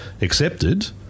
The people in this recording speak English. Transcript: accepted